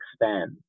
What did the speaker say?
expand